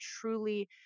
truly